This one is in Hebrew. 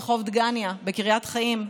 רחוב דגניה בקריית חיים,